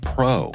Pro